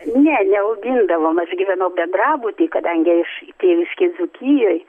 ne neaugindavom aš gyvenau bendrabuty kadangi aš tėviškėj dzūkijoj